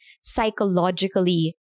psychologically